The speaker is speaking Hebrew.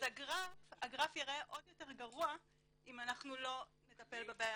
אז הגרף יראה עוד יותר גרוע אם לא נטפל בבעיה.